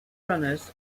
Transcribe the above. runners